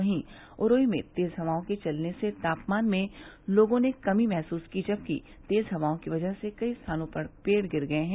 वहीं उरई में तेज हवाओं के चलने से तापमान में लोगों ने कमी महसूस की जबकि तेज हवाओं की वजह से कई स्थानों पर पेड़ गिर गये हैं